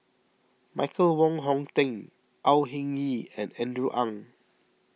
Michael Wong Hong Teng Au Hing Yee and Andrew Ang